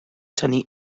tynnu